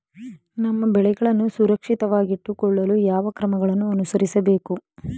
ನಮ್ಮ ಬೆಳೆಗಳನ್ನು ಸುರಕ್ಷಿತವಾಗಿಟ್ಟು ಕೊಳ್ಳಲು ಯಾವ ಕ್ರಮಗಳನ್ನು ಅನುಸರಿಸಬೇಕು?